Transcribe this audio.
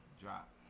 drop